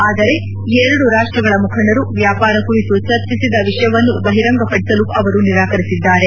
ಆದರೆ ಎರಡು ರಾಷ್ಟಗಳ ಮುಖಂಡರು ವ್ನಾಪಾರ ಕುರಿತು ಚರ್ಚಿಸಿದ ವಿಷಯವನ್ನು ಬಹಿರಂಗಪಡಿಸಲು ಅವರು ನಿರಾಕರಿಸಿದ್ದಾರೆ